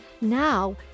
Now